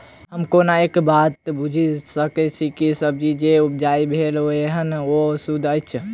हम केना ए बात बुझी सकैत छी जे सब्जी जे उपजाउ भेल एहन ओ सुद्ध अछि?